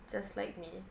just like me